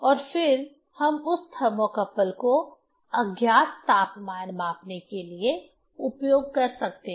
और फिर हम उस थर्मोकपल को अज्ञात तापमान मापने के लिए उपयोग कर सकते हैं